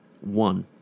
One